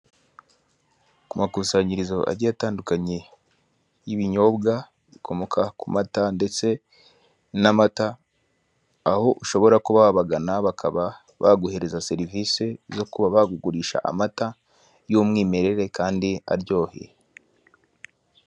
Ku makusanyirizo agiye atandukanye y'ibinyobwa bikomoka ku mata ndetse n'amata aho ushobora kubabagana bakaba baguhereza serivisi zo kubagurisha amata y'umwimerere kandi aryoshye.